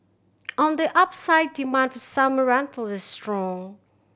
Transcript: on the upside demand for summer rental is strong